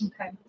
Okay